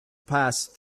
passed